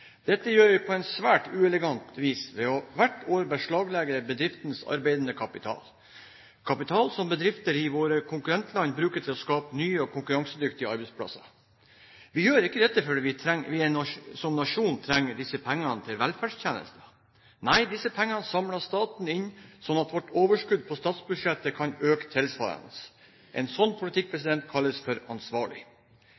Dette gjør vi på svært uelegant vis ved hvert år å beslaglegge bedrifters arbeidende kapital – kapital som bedrifter i våre konkurrentland bruker til å skape nye og konkurransedyktige arbeidsplasser. Vi gjør ikke dette fordi vi som nasjon trenger disse pengene til velferdstjenester. Nei, disse pengene samler staten inn slik at vårt overskudd på statsbudsjettet kan øke tilsvarende. En sånn politikk